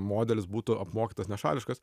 modelis būtų apmokytas nešališkas